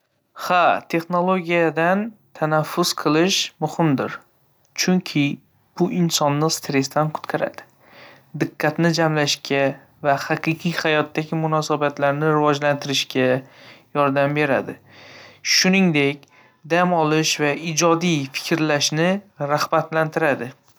Ha, texnologiyadan tanaffus qilish muhimdir, chunki bu insonni stressdan qutqaradi, diqqatni jamlashga va haqiqiy hayotdagi munosabatlarni rivojlantirishga yordam beradi. Shuningdek, dam olish va ijodiy fikrlashni rag‘batlantiradi.